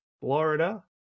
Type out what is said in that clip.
Florida